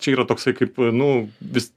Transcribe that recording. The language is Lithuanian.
čia yra toksai kaip nu vis